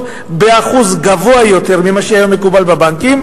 באחוז גבוה יותר ממה שהיה מקובל בבנקים,